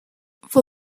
for